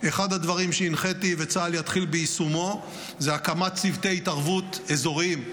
אחד הדברים שהנחיתי וצה"ל יתחיל ביישומו זה הקמת צוותי התערבות אזוריים,